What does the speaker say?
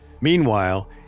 Meanwhile